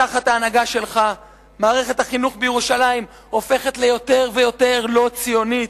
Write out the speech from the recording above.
תחת ההנהגה שלך מערכת החינוך בירושלים הופכת ליותר ויותר לא ציונית,